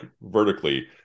vertically